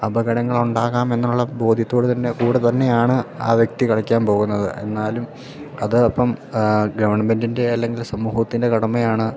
അപകടങ്ങൾ ഉണ്ടാകാം എന്നുള്ള ബോധ്യത്തോടെ തന്നെ കൂടി തന്നെയാണ് ആ വ്യക്തി കളിക്കാൻ പോകുന്നത് എന്നാലും അത് അപ്പം ഗവൺമെൻറിൻ്റെ അല്ലെങ്കിൽ സമൂഹത്തിൻ്റെ കടമയാണ്